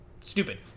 stupid